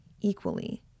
equally